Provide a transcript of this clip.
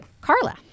Carla